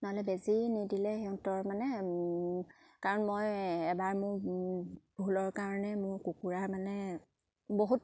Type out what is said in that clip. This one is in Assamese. নহ'লে বেজী নিদিলে সিহঁতৰ মানে কাৰণ মই এবাৰ মোৰ ভুলৰ কাৰণে মোৰ কুকুৰা মানে বহুত